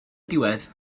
diwedd